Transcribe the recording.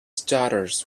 stutters